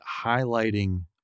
highlighting